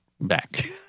back